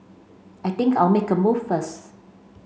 I think I'll make a move first